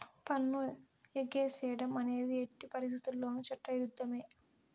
పన్ను ఎగేసేడం అనేది ఎట్టి పరిత్తితుల్లోనూ చట్ట ఇరుద్ధమే